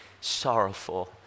sorrowful